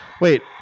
Wait